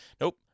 Nope